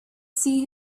see